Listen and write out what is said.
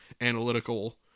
analytical